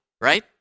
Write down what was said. right